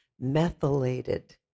methylated